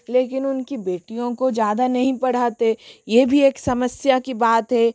लेकिन उनकी बेटियों को ज़्यादा नहीं पढ़ाते ये भी एक समस्या की बात है